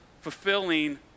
fulfilling